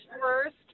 first